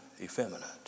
effeminate